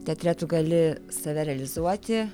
teatre tu gali save realizuoti